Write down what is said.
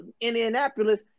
Indianapolis